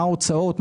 מה ההוצאות?